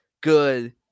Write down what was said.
good